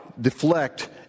deflect